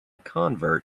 convert